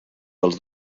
dels